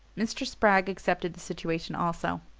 mr. spragg accepted the situation also.